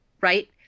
Right